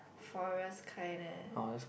forest kind eh